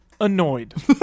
annoyed